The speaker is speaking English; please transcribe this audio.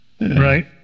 right